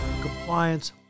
Compliance